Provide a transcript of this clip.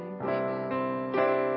Amen